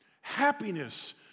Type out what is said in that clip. Happiness